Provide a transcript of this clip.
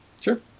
sure